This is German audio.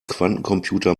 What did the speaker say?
quantencomputer